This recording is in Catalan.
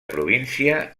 província